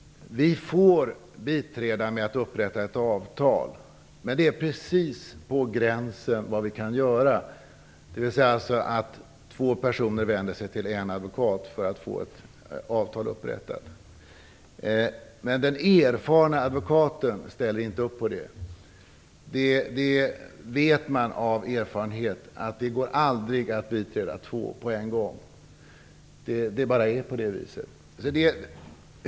Vi får biträda med att upprätta ett avtal, men det är precis på gränsen för vad vi kan göra. Det kan gälla en situation då två personer vänder sig till en advokat för att få ett avtal upprättat. Men den erfarna advokaten ställer inte upp på det. Han vet av erfarenhet att det aldrig går att biträda två på en gång. Det bara är på det viset.